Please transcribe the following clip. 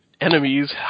enemies